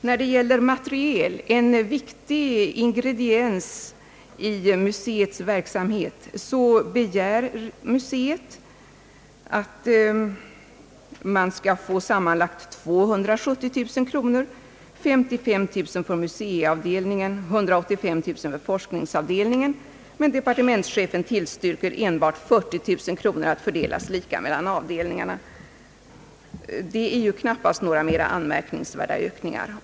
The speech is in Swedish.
När det gäller materiel, en viktig ingrediens i museets verksamhet, begär museet sammanlagt 240 000 kronor, 55 000 kronor för museiavdelningen och 185 000 kronor för forskningsavdelningen. Departementschefen tillstyrker enbart 40 000 kronor att fördelas lika mellan avdelningarna. Detta är knappast några mer anmärkningsvärda ökningar.